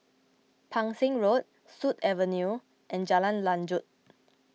Pang Seng Road Sut Avenue and Jalan Lanjut